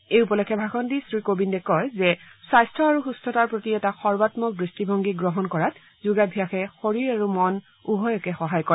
এই উপলক্ষে ভাষণ দি শ্ৰীকোবিন্দে কয় যে স্বাস্থ্য আৰু সুস্থতাৰ প্ৰতি এটা সৰ্বাঘক দৃষ্টিভংগী গ্ৰহণ কৰাত যোগাভ্যাসে শৰীৰ আৰু মন উভয়কে সহায় কৰে